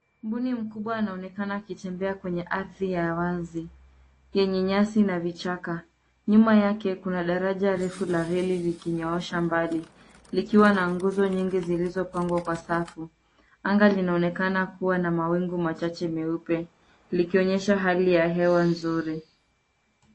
Mbuni mkubwa anaonekana akitembea kwenye ardhi ya wazi, yenye nyasi na vichaka. Nyuma yake kuna daraja refu la reli likinyoosha mbali, likiwa na nguzo nyingi zilizopangwa kwa safu. Anga linaonekana kuwa na mawingu machache meupe, likionyesha hali ya hewa nzuri.